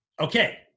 Okay